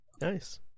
Nice